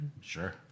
Sure